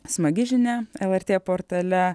smagi žinia lrt portale